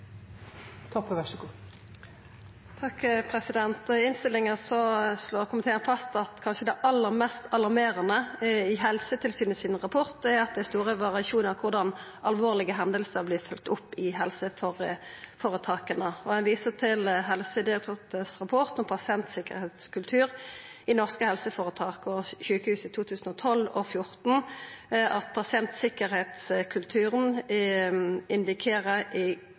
I innstillinga slår komiteen fast at det kanskje aller mest alarmerande i rapporten frå Helsetilsynet er at det er store variasjonar i korleis alvorlege hendingar vert følgde opp i helseføretaka. Eg viser til rapporten «Pasientsikkerhetskultur i norske helseforetak og sykehus 2012 og 2014» frå Helsedirektoratet, som viser at pasientsikkerheitskulturen indikerer i